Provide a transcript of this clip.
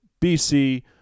BC